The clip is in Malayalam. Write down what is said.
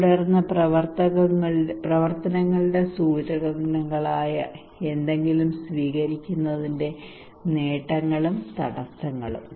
തുടർന്ന് പ്രവർത്തനങ്ങളുടെ സൂചനകളായ എന്തെങ്കിലും സ്വീകരിക്കുന്നതിന്റെ നേട്ടങ്ങളും തടസ്സങ്ങളും